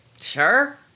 Sure